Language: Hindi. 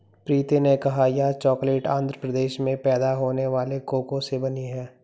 प्रीति ने कहा यह चॉकलेट आंध्र प्रदेश में पैदा होने वाले कोको से बनी है